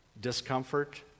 Discomfort